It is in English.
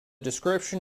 description